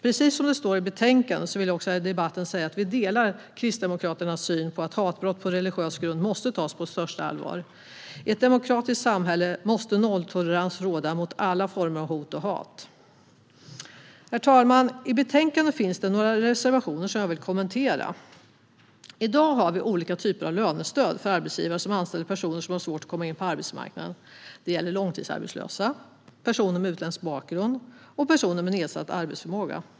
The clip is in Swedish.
Precis som det står i betänkandet vill jag också här i debatten säga att vi delar Kristdemokraternas syn på att hatbrott på religiös grund måste tas på största allvar. I ett demokratiskt samhälle måste nolltolerans råda mot alla former av hot och hat. Herr talman! I betänkandet finns det några reservationer som jag vill kommentera. I dag har vi olika typer av lönestöd för arbetsgivare som anställer personer som har svårt att komma in på arbetsmarknaden. Det gäller långtidsarbetslösa, personer med utländsk bakgrund och personer med nedsatt arbetsförmåga.